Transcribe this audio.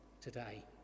today